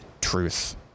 truth